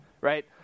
right